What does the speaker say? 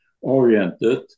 oriented